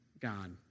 God